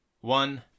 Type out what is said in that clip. one